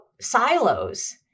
silos